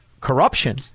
corruption